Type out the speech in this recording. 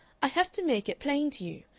i have to make it plain to you.